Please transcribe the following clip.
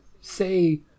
say